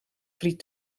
friet